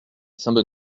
saint